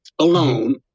alone